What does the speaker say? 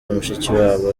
mushikiwabo